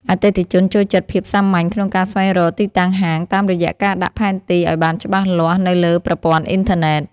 អតិថិជនចូលចិត្តភាពសាមញ្ញក្នុងការស្វែងរកទីតាំងហាងតាមរយៈការដាក់ផែនទីឱ្យបានច្បាស់លាស់នៅលើប្រព័ន្ធអ៊ីនធឺណិត។